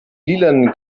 lilanen